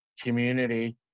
community